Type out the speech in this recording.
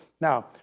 Now